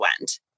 went